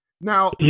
Now